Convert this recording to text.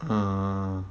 a'ah